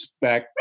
back